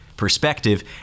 perspective